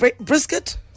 brisket